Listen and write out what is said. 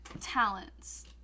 talents